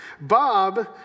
Bob